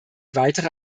weitere